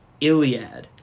Iliad